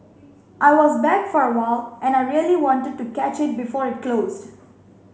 I was back for a while and I really wanted to catch it before it closed